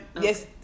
Yes